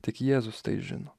tik jėzus tai žino